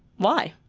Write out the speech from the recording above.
why?